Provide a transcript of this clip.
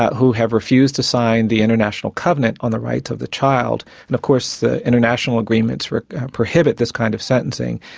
who have refused to sign the international covenant on the rights of the child, and of course the international agreements prohibit this kind of sentencing.